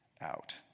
out